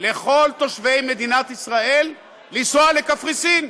לכל תושבי מדינת ישראל לנסוע לקפריסין.